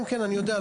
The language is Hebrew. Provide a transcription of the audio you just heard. כן, כן, אני יודע.